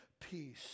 peace